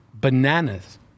bananas